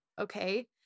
okay